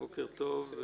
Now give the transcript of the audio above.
בוקר טוב,